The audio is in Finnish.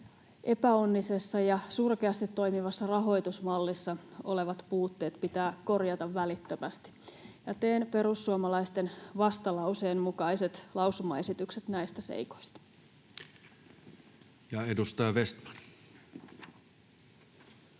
epäonnisessa ja surkeasti toimivassa rahoitusmallissa olevat puutteet pitää korjata välittömästi. Teen perussuomalaisten vastalauseen mukaiset lausumaesitykset näistä seikoista. Ja edustaja Vestman,